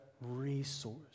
resource